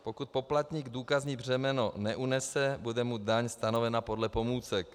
Pokud poplatník důkazní břemeno neunese, bude mu daň stanovena podle pomůcek.